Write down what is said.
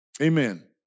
Amen